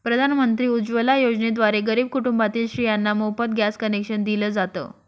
प्रधानमंत्री उज्वला योजनेद्वारे गरीब कुटुंबातील स्त्रियांना मोफत गॅस कनेक्शन दिल जात